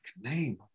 name